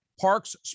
Parks